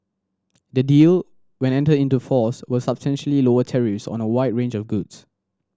the deal when entered into force will substantially lower tariffs on a wide range of goods